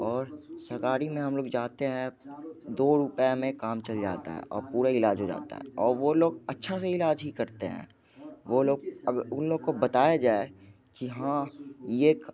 और सरकारी में हम लोग जाते हैं दो रुपये में काम चल जाता है और पूरा इलाज हो जाता है और वो लोग अच्छे से इलाज ही करते हैं वो लोग अब उन लोगों को बताया जाए कि हाँ ये एक